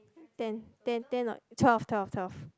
ten ten ten or twelve twelve twelve